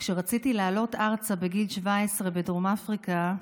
כשרציתי לעלות ארצה בגיל 17 מדרום אפריקה,